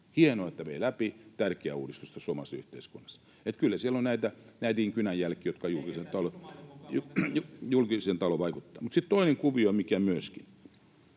hienoa, että vei läpi — tärkeä uudistus tässä suomalaisyhteiskunnassa. Kyllä siellä on näitäkin kynänjälkiä, jotka julkiseen talouteen vaikuttavat. [Matias Mäkysen